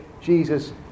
Jesus